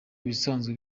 ibisanzwe